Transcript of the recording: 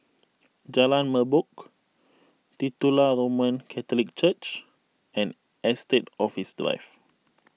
Jalan Merbok Titular Roman Catholic Church and Estate Office Drive